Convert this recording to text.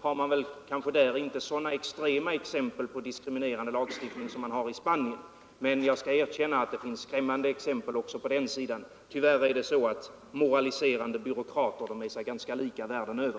har man där kanske inte heller så extrema exempel på diskriminerande lagstiftning som i Spanien, även om jag skall erkänna att det finns skrämmande exempel också på den sidan. Tyvärr är moraliserande byråkrater sig lika världen över.